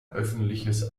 öffentliches